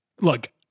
Look